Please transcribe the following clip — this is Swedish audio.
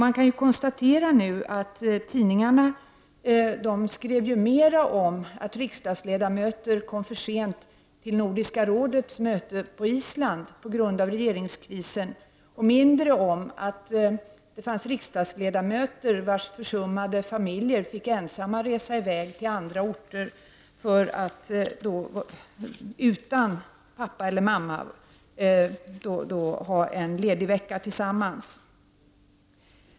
Man kan nu konstatera att tidningarna skrev mera om att riksdagsledamöter kom för sent till Nordiska rådets möte på Island på grund av regeringskrisen och mindre om att riksdagsledamöters försummade familjer fick resa i väg ensamma, utan pappa eller mamma, till andra orter under en ledig vecka.